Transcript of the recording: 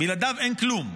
בלעדיו אין כלום.